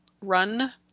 Run